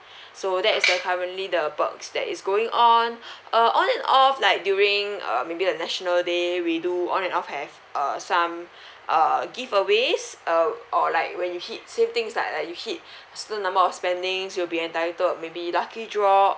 so that is the currently the perks that is going on uh on and off like during uh maybe like the national day we do on and off have err some err giveaways uh or like when you hit say things like uh you hit certain number of spendings you'll be entitled of maybe lucky draw